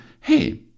hey